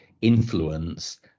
influence